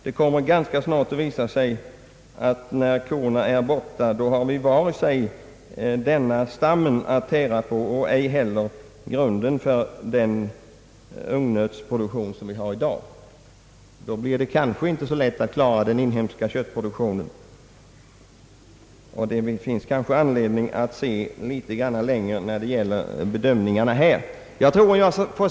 Det kommer ganska snart att visa sig att när korna är borta har vi varken den stammen att tära på eller underlag för den ungnötsproduktion som vi har i dag. Då blir det kanske inte så lätt att klara den inhemska köttproduktionen, och då finns det kanske anledning att se något längre vid bedömningen av denna fråga.